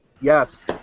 Yes